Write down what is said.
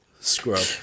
Scrub